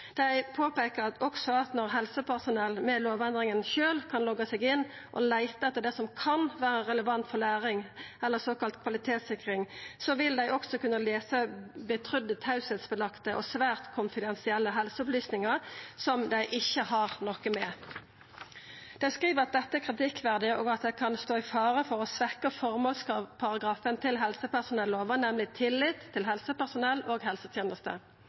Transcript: også på at når helsepersonell, med lovendringa, sjølve kan logga seg inn og leita etter det som kan vera relevant for læring, eller såkalla kvalitetssikring, vil dei også kunna lesa fortrulege, teiepliktige og svært konfidensielle helseopplysningar som dei ikkje har noko med. Dei skriv at dette er kritikkverdig, og at ein kan stå i fare for å svekkja føremålsparagrafen til helsepersonellova, nemleg tillit til helsepersonell og